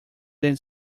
than